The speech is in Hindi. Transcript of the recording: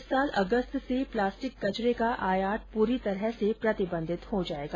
इस साल अगस्त से देश में प्लास्टिक कचरे का आयात पूरी तरह से प्रतिबंधित हो जाएगा